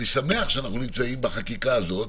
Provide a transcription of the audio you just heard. אני שמח שאנחנו נמצאים בחקיקה הזאת.